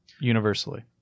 universally